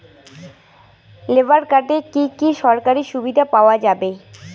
Labour কার্ডে কি কি সরকারি সুবিধা পাওয়া যাবে?